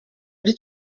ari